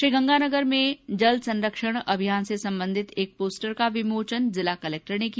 श्रीगंगानगर में ही जल सरंक्षण अभियान से संबंधित एक पोस्टर का विमोचन जिला कलेक्टर ने किया